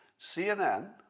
CNN